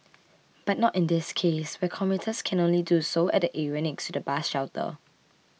but not in this case where commuters can only do so at the area next to the bus shelter